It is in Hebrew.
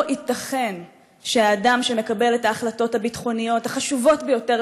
לא ייתכן שהאדם שמקבל את ההחלטות הביטחוניות החשובות ביותר